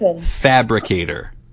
fabricator